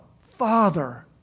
Father